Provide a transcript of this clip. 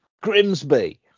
Grimsby